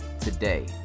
today